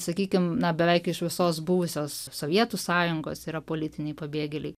sakykim na beveik iš visos buvusios sovietų sąjungos yra politiniai pabėgėliai